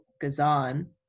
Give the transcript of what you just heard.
Gazan